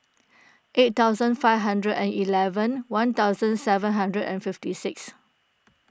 eight thousand five hundred and eleven one thousand seven hundred and fifty six